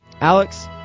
Alex